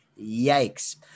Yikes